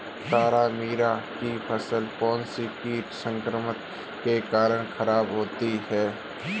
तारामीरा की फसल कौनसे कीट संक्रमण के कारण खराब होती है?